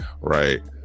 Right